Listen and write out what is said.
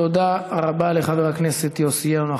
תודה רבה לחבר הכנסת יוסי יונה.